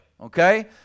Okay